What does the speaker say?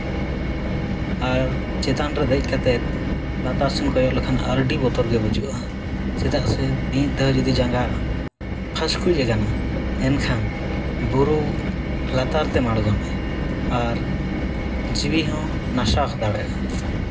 ᱟᱨ ᱪᱮᱛᱟᱱ ᱨᱮ ᱫᱮᱡ ᱠᱟᱛᱮ ᱞᱟᱛᱟᱨ ᱥᱚᱱ ᱠᱚᱭᱚᱜ ᱞᱮᱠᱷᱟᱱ ᱟᱹᱰᱤ ᱵᱚᱛᱚᱨ ᱜᱮ ᱵᱩᱡᱩᱜᱼᱟ ᱪᱮᱫᱟᱜ ᱥᱮ ᱢᱤᱫ ᱫᱷᱟᱣ ᱡᱩᱫᱤ ᱡᱟᱸᱜᱟ ᱯᱷᱟᱥᱠᱩᱡ ᱟᱠᱟᱱᱟ ᱮᱱᱠᱷᱟᱱ ᱵᱩᱨᱩ ᱞᱟᱛᱟᱨ ᱛᱮᱢ ᱟᱬᱜᱳᱱᱟ ᱟᱨ ᱡᱤᱣᱤ ᱦᱚᱸ ᱱᱟᱥᱟᱣ ᱦᱚᱸ ᱫᱟᱲᱮᱭᱟᱜᱼᱟ